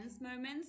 moments